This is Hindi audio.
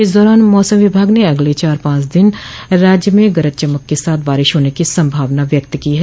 इस दौरान मौसम विभाग ने अगले चार पांच दिन राज्य में गरज चमक के साथ बारिश होने की संभावना व्यक्त की है